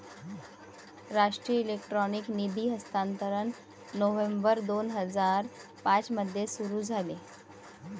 राष्ट्रीय इलेक्ट्रॉनिक निधी हस्तांतरण नोव्हेंबर दोन हजार पाँच मध्ये सुरू झाले